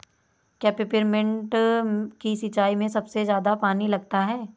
क्या पेपरमिंट की सिंचाई में सबसे ज्यादा पानी लगता है?